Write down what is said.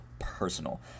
Personal